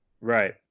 Right